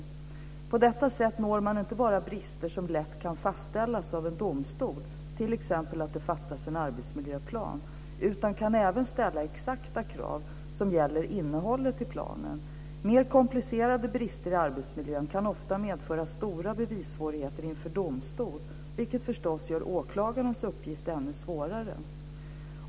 På detta sätt når man inte bara brister som lätt kan fastställas av en domstol - t.ex. att det fattas en arbetsmiljöplan - utan kan även ställa exakta krav som gäller innehållet i planen. Mer komplicerade brister i arbetsmiljön kan ofta medföra stora bevissvårigheter inför domstol, vilket gör åklagarnas uppgift ännu svårare.